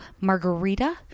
margarita